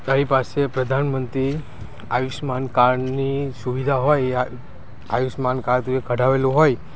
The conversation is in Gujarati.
તારી પાસે પ્રધાનમંત્રી આયુષ્યમાન કાર્ડની સુવિધા હોય એ આ આયુષ્યમાન કાડ તેં કઢાવેલું હોય